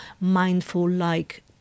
mindful-like